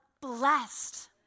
blessed